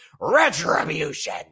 Retribution